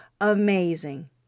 amazing